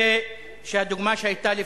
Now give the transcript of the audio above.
(חבר הכנסת אורי